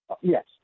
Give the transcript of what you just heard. Yes